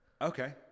Okay